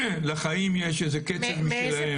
לחיים יש איזה קצב משלהם.